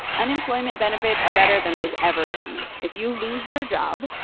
unemployment benefits are better than they've ever been. if you lose your job,